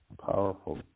Powerful